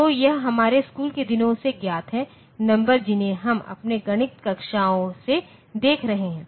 तो यह हमारे स्कूल के दिनों से ज्ञात है नंबर जिन्हें हम अपने गणित कक्षाओं से देख रहे हैं